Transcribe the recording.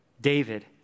David